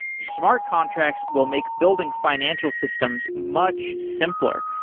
smart contracts will make building financial systems much simpler.